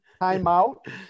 timeout